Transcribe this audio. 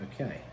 Okay